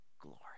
glory